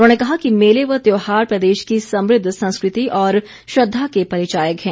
उन्होंने कहा कि मेले व त्यौहार प्रदेश की समृद्व संस्कृति और श्रद्वा के परिचायक हैं